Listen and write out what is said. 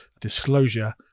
disclosure